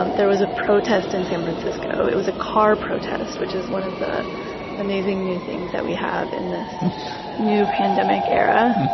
um there was a protest in san francisco. it was a car protest, which is one of the amazing new things that we have in this new pandemic era,